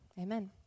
Amen